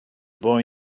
boy